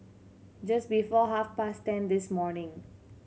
just before half past ten this morning